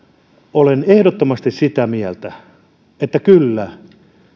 olen ehdottomasti sitä mieltä että kyllä